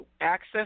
access